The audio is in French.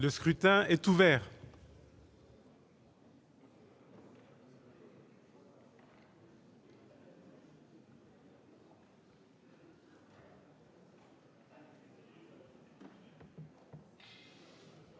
Le scrutin est ouvert.